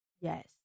Yes